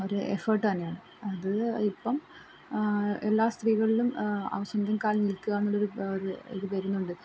ഒരു എഫേർട്ട് തന്നെയാണ് അത് ഇപ്പം എല്ലാ സ്ത്രീകളിലും സ്വന്തം കാലിൽ നിൽക്കുക എന്നുള്ളൊരു ഒരു ഇത് വരുന്നുണ്ട്